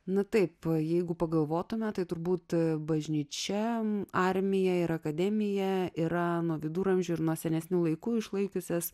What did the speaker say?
na taip jeigu pagalvotumėme tai turbūt bažnyčia armija ir akademija irano viduramžių ir nuo senesnių laikų išlaikiusias